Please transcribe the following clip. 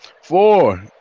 Four